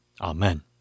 Amen